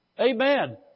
Amen